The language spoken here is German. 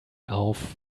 auf